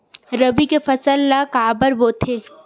रबी के फसल ला काबर बोथे?